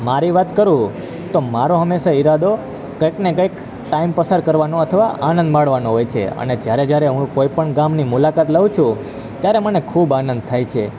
મારી વાત કરું તો મારો હંમેશાં ઈરાદો કંઈકને કંઈક ટાઈમ પસાર કરવાનો અથવા આનંદ માણવાનો હોય છે અને જ્યારે જ્યારે હું કોઈ પણ ગામની મુલાકાત લઉં છું ત્યારે મને ખૂબ આનંદ થાય છે